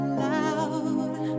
loud